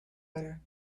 better